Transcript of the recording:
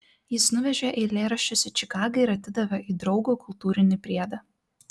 jis nuvežė eilėraščius į čikagą ir atidavė į draugo kultūrinį priedą